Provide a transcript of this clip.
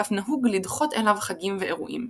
ואף נהוג לדחות אליו חגים ואירועים.